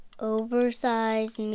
oversized